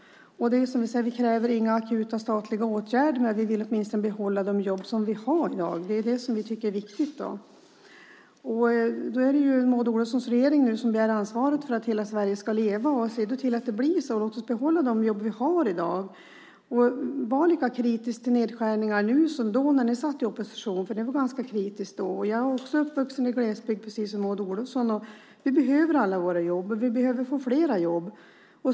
Vi kräver inga akuta statliga åtgärder, men vi vill åtminstone behålla de jobb som vi har i dag. Det tycker vi är viktigt. Det är Maud Olofssons regering som bär ansvaret för att hela Sverige ska leva. Se då till att det blir så! Låt oss behålla de jobb vi har i dag! Var lika kritiska till nedskärningar nu som då när ni satt i opposition! Ni var ganska kritiska då. Jag är också uppvuxen i glesbygd, precis som Maud Olofsson. Vi behöver alla våra jobb. Vi behöver få fler jobb.